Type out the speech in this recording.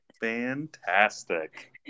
Fantastic